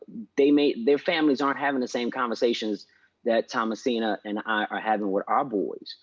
they may, their families aren't having the same conversations that tomasina and i are having with our boys.